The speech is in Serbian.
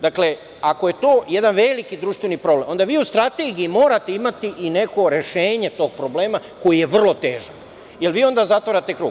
Dakle, ako je to jedan veliki društveni problem, onda vi u strategiji morate imate i neko rešenje tog problema koji je vrlo težak, jer vi onda zatvarate krug.